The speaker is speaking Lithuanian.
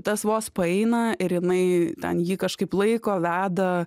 tas vos paeina ir jinai ten jį kažkaip laiko veda